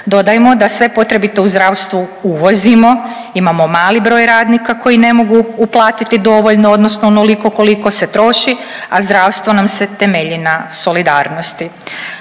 Dodajmo da sve potrebito u zdravstvu uvozimo, imamo mali broj radnika koji ne mogu uplatiti dovoljno, odnosno onoliko koliko se troši, a zdravstvo nam se temelji na solidarnosti.